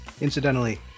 Incidentally